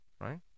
right